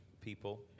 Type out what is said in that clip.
people